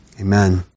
amen